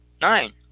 Nine